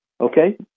okay